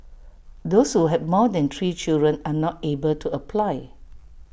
those who have more than three children are not able to apply